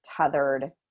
tethered